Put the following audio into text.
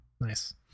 nice